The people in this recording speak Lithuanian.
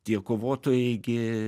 tie kovotojai gi